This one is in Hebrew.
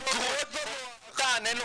גרורות במוח ועדיין אין לו